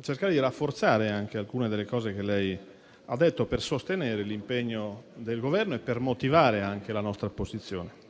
cercare di rafforzare anche alcune delle cose che lei ha detto per sostenere l'impegno del Governo e motivare la nostra posizione.